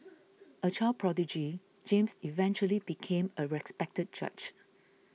a child prodigy James eventually became a respected judge